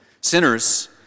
Sinners